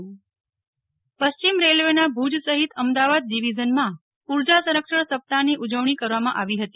નેહલ ઠક્કર પશ્ચિમ રેલવે પશ્ચિમ રેલવેના ભુજ સહિત અમદાવાદ ડિવીજનમાં ઉર્જા સંરક્ષણ સપ્તાહની ઉજવણી કરવામાં આવી હતી